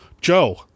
Joe